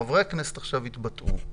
חברי הכנסת יתבטאו עכשיו,